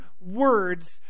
words